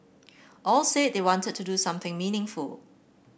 all said they wanted to do something meaningful